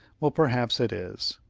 well, perhaps it is.